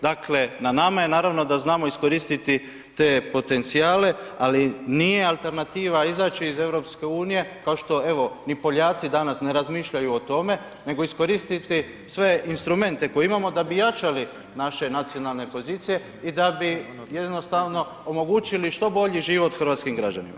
Dakle, na nama je, naravno da znamo iskoristiti te potencijale, ali nije alternativa izaći iz EU, kao što, evo ni Poljaci ne razmišljaju o tome, nego iskoristiti sve instrumente koje imamo da bi jačali naše nacionalne pozicije i da bi omogućili što bolji život hrvatskim građanima.